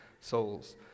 souls